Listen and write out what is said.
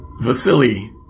Vasily